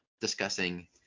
discussing